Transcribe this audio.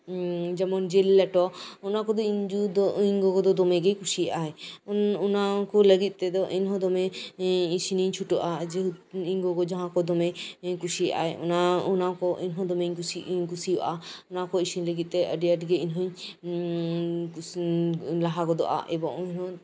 ᱮᱸᱫ ᱡᱮᱢᱚᱱ ᱡᱮᱹᱞ ᱞᱮᱴᱚ ᱚᱱᱟ ᱠᱚᱫᱚ ᱤᱧ ᱡᱩ ᱫᱚ ᱤᱧ ᱜᱚᱜᱚ ᱫᱚ ᱫᱚᱢᱮ ᱜᱮᱭ ᱠᱩᱥᱤᱭᱟᱜᱼᱟᱭ ᱩᱸᱜ ᱚᱱᱟ ᱠᱚ ᱞᱟᱜᱤᱫ ᱛᱮᱫᱚ ᱤᱧ ᱦᱚᱸ ᱫᱚᱢᱮ ᱤᱥᱤᱱᱤᱧ ᱪᱷᱩᱴᱟᱹᱜᱼᱟ ᱡᱮᱦᱮᱛᱩ ᱤᱧ ᱜᱚᱜᱚ ᱡᱟᱦᱟᱸ ᱠᱚ ᱫᱚᱢᱮᱭ ᱠᱩᱥᱤᱣᱟᱜᱼᱟ ᱚᱱᱟ ᱚᱱᱟ ᱠᱚ ᱤᱧ ᱦᱚᱸ ᱫᱚᱢᱮ ᱜᱤᱧ ᱠᱩᱥᱤᱣᱟᱜᱼᱟ ᱚᱱᱟ ᱠᱚ ᱤᱥᱤᱱ ᱞᱟᱜᱤᱫ ᱛᱮ ᱟᱹᱰᱤ ᱟᱸᱴ ᱜᱮ ᱤᱧ ᱦᱚᱸᱧ ᱞᱟᱦᱟ ᱜᱚᱫᱚᱜᱼᱟ ᱮᱵᱚᱝ